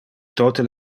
tote